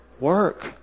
Work